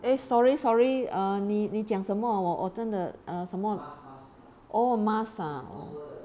eh sorry sorry ah 你你讲什么喔我真的什么